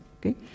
okay